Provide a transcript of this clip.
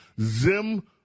zim